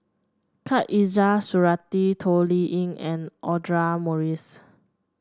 Khatijah Surattee Toh Liying and Audra Morrice